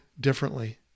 differently